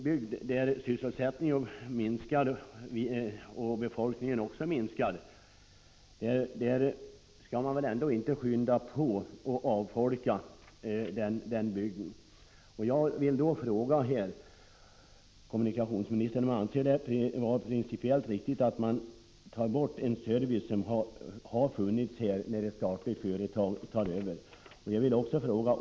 I en bygd där sysselsättning och befolkning minskar skall man väl inte skynda på avfolkningen. Jag vill fråga: Anser kommunikationsministern det vara principiellt riktigt att man, när ett statligt företag tar över en verksamhet, drar in service som tidigare har funnits?